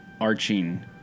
arching